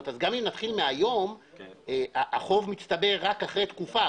אז גם אם נתחיל מהיום עדיין החוב מצטבר רק אחרי תקופה.